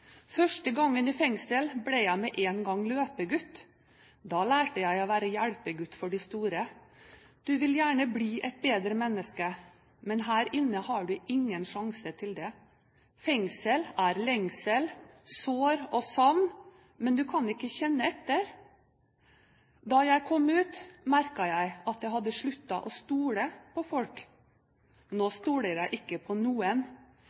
Første gangen i fengsel ble jeg med en gang løpegutt. Da lærte jeg å være hjelpegutt for de store. Du vil gjerne bli et bedre menneske, men her inne har du ingen sjanser til det. Fengsel er lengsel, sår og savn, men du kan ikke kjenne etter. Da jeg kom ut, merka jeg at jeg hadde slutta å stole på folk. Nå stoler jeg ikke på noen.